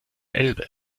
elbe